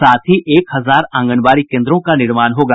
साथ ही एक हजार आंगनबाड़ी केन्द्रों का निर्माण होगा